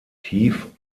tief